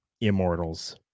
immortals